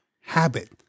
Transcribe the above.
habit